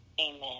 amen